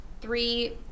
three